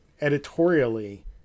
editorially